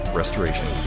restoration